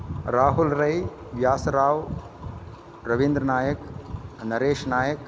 Rahul Rai Vyasrao Ravindranayak Nareshnayak